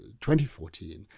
2014